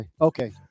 okay